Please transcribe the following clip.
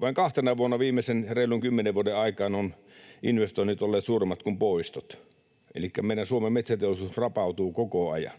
Vain kahtena vuonna viimeisen reilun kymmenen vuoden aikana ovat investoinnit olleet suuremmat kuin poistot, elikkä Suomen metsäteollisuus rapautuu koko ajan.